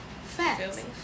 Facts